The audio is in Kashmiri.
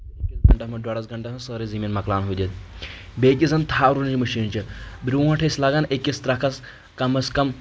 أکِس گنٛٹس منٛز ڈۄڈس گنٛٹس منٛز سٲرٕے زٔمیٖن مکلاوان ہُدِتھ بیٚیہِ کہِ زن تھل رُنٕنۍ مٔشیٖن چھِ برٛونٛٹھ ٲسۍ لگان أکِس تٕرٛکھس کم از کم